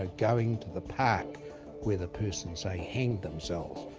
ah going to the park where the person, say, hanged themselves,